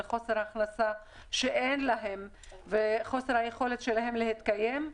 לחוסר ההכנסה וחוסר היכולת שלהם להתקיים,